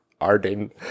Arden